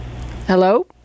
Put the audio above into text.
Hello